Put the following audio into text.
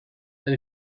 that